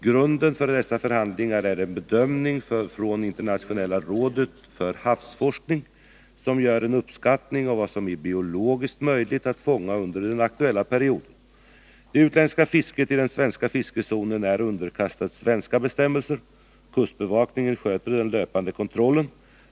Grunden för dessa förhandlingar är en bedömning från Internationella rådet för havsforskning , som gör en uppskattning av vad som är biologiskt möjligt att fånga under den aktuella perioden. Det utländska fisket i den svenska fiskezonen är underkastat svenska bestämmelser, och kustbevakningen sköter den löpande kontrollen.